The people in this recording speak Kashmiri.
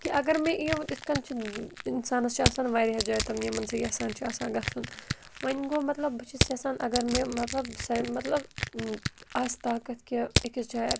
کہِ اگر مےٚ اِیو اِتھ کٔنۍ چھُ اِنسانَس چھُ آسان واریاہ جایہِ تمۍ یِمَن سۭتۍ یَژھان چھُ آسان گَژھُن وَنۍ گوٚو مطلب بہٕ چھَس یَژھان اَگَر مےٚ مطلب سُہ مطلب آسہِ طاقت کہِ أکِس جایہِ